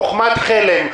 חוכמת חלם.